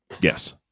Yes